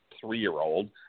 three-year-old